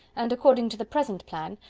and, according to the present plan,